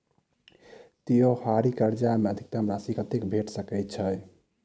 त्योहारी कर्जा मे अधिकतम राशि कत्ते भेट सकय छई?